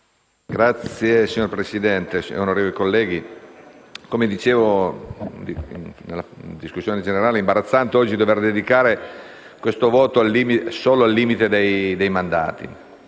MPL))*. Signor Presidente, onorevoli colleghi, come dicevo in discussione generale, è imbarazzante oggi dover dedicare questo voto solo al limite dei mandati.